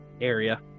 area